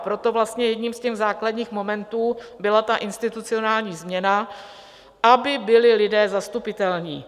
Proto vlastně jedním ze základních momentů byla institucionální změna, aby byli lidé zastupitelní.